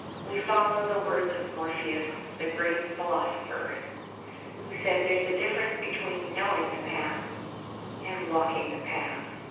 we follow the words of morpheus, the great philosopher who said, there's a difference between knowing the path and walking the path.